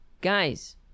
guys